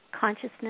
consciousness